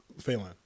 failing